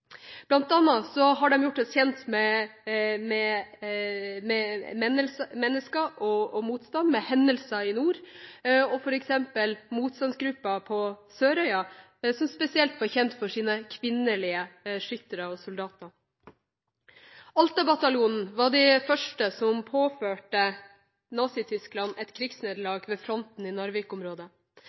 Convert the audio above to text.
har de gjort oss kjent med mennesker og motstand, med hendelser i nord, f.eks. motstandsgruppa på Sørøya, som spesielt var kjent for sine kvinnelige skyttere og soldater. Alta bataljon var de første som påførte Nazi-Tyskland et krigsnederlag ved fronten i